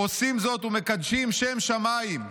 עושים זאת ומקדשים שם שמיים.